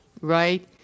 right